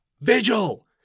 Vigil